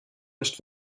nicht